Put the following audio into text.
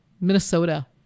Minnesota